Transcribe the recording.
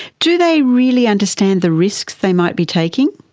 do they really understand the risks they might be taking?